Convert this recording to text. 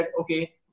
okay